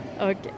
Okay